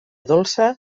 dolça